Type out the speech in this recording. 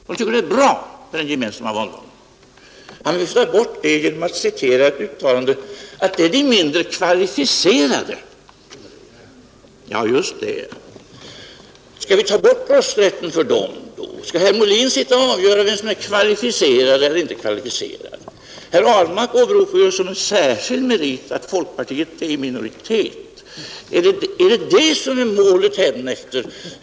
Han viftar bort det genom att citera ett uttalande om att det är de mindre kvalificerade som tycker att den gemensamma valdagen är bra. Ja, just det. Skall vi ta bort rösträtten för dem då? Skall herr Molin avgöra vem som är kvalificerad eller inte? Herr Ahlmark åberopar ju som en särskild merit att folkpartiet är i minoritet. Är det målet hädanefter?